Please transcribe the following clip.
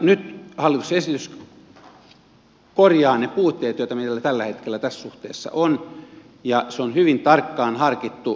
nyt hallituksen esitys korjaa ne puutteet joita meillä tällä hetkellä tässä suhteessa on ja se on hyvin tarkkaan harkittu